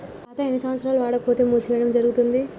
ఖాతా ఎన్ని సంవత్సరాలు వాడకపోతే మూసివేయడం జరుగుతుంది?